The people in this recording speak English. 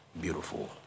beautiful